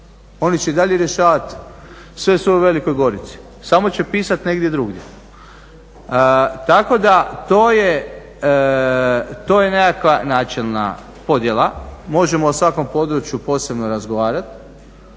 oni će i dalje rješavati sve svoje u Velikoj Gorici samo će pisati negdje drugdje. Tako da to je nekakva načelna podjela. Možemo o svakom području posebno razgovarati.